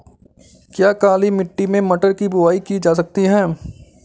क्या काली मिट्टी में मटर की बुआई की जा सकती है?